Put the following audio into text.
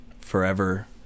forever